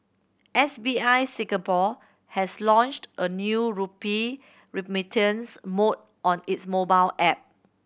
S B I Singapore has launched a new rupee remittance mode on its mobile app